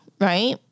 right